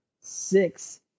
six